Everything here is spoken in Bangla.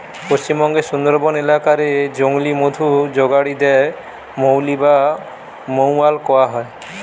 পশ্চিমবঙ্গের সুন্দরবন এলাকা রে জংলি মধু জগাড়ি দের মউলি বা মউয়াল কয়া হয়